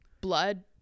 blood